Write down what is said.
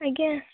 ଆଜ୍ଞା